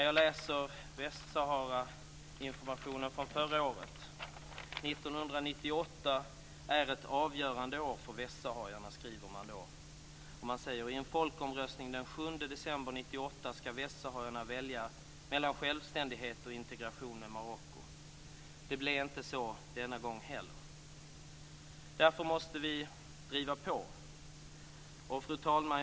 Jag läser Västsaharainformationen från förra året. Man skriver att 1998 är ett avgörande år för västsaharierna. Man skriver att västsaharierna i en folkomröstning den 7 december 1998 skall välja mellan självständighet och integration med Marocko. Det blev inte så denna gången heller. Därför måste vi driva på. Fru talman!